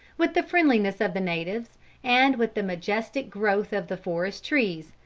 with the friendliness of the natives and with the majestic growth of the forest trees,